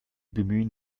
bemühen